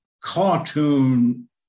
cartoon